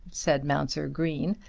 said mounser green,